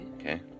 Okay